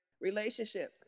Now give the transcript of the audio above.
relationship